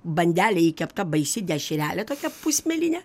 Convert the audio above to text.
bandelėj įkepta baisi dešrelė tokia pusmėlinė